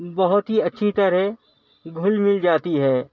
بہت ہی اچھی طرح گھل مل جاتی ہے